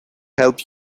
help